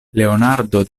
leonardo